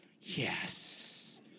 yes